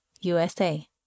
USA